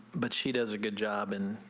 but she does a good job and